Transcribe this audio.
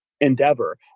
endeavor